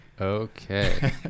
Okay